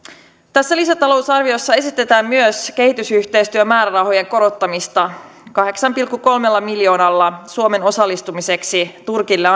tässä lisätalousarviossa esitetään myös kehitysyhteistyömäärärahojen korottamista kahdeksalla pilkku kolmella miljoonalla suomen osallistumiseksi turkille